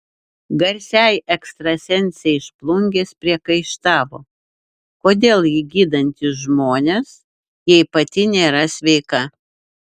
garsiai ekstrasensei iš plungės priekaištavo kodėl ji gydanti žmonės jei pati nėra sveika